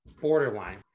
borderline